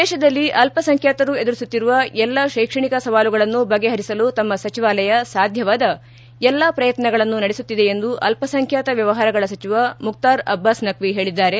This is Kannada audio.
ದೇಶದಲ್ಲಿ ಅಲ್ಲಸಂಖ್ಯಾತರು ಎದುರಿಸುತ್ತಿರುವ ಎಲ್ಲ ಶೈಕ್ಷಣಿಕ ಸವಾಲುಗಳನ್ನು ಬಗೆಹರಿಸಲು ತಮ್ಮ ಸಚಿವಾಲಯ ಸಾಧ್ವವಾದ ಎಲ್ಲ ಪ್ರಯತ್ನಗಳನ್ನು ನಡೆಸುತ್ತಿದೆ ಎಂದು ಅಲ್ಪಸಂಖ್ಯಾತ ವ್ಚವಹಾರಗಳ ಸಚಿವ ಮುಖ್ತಾರ್ ಅಬ್ದಾಸ್ ನಖ್ವಿ ಹೇಳಿದ್ದಾರೆ